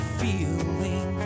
feeling